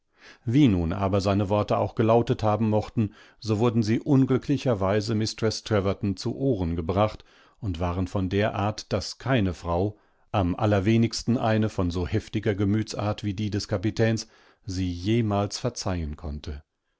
wie nun aber seine worte auch gelautet haben mochten so wurdensieunglücklicherweisemistreßtrevertonzuohrengebrachtundwarenvonder art daß keine frau am allerwenigsten eine von so heftiger gemütsart wie die des kapitäns sie jemals verzeihen konnte